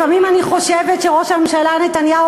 לפעמים אני חושבת שראש הממשלה נתניהו